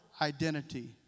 identity